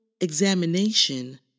examination